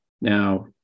Now